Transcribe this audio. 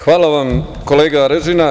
Hvala vam, kolega Arežina.